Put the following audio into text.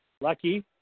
lucky